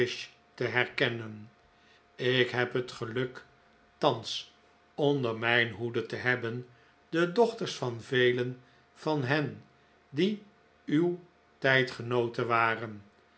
te herkennen ik heb het geluk thans onder mijn hoede te hebben de dochters van velen van hen die uw tijdgenooten waren